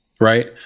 right